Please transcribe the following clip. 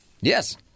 Yes